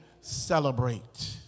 celebrate